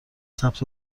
ثبت